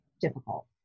difficult